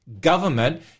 government